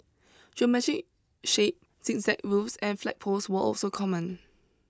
geometric shapes zigzag roofs and flagpoles were also common